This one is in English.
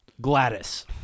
Gladys